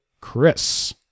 Chris